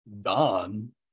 Don